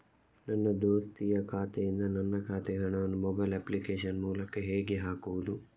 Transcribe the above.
ನನ್ನ ದೋಸ್ತಿಯ ಖಾತೆಯಿಂದ ನನ್ನ ಖಾತೆಗೆ ಹಣವನ್ನು ಮೊಬೈಲ್ ಅಪ್ಲಿಕೇಶನ್ ಮೂಲಕ ಹೇಗೆ ಹಾಕುವುದು?